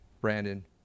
Brandon